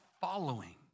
following